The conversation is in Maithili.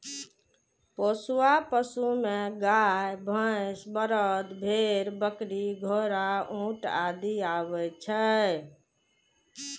पोसुआ पशु मे गाय, भैंस, बरद, भेड़, बकरी, घोड़ा, ऊंट आदि आबै छै